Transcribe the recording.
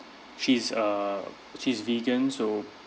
she is a she is vegan so